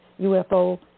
UFO